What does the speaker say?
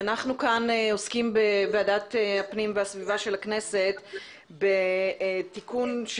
אנחנו עוסקים בוועדת הפנים והגנת הסביבה של הכנסת בתיקון של